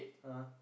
(uh huh)